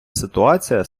ситуація